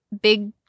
big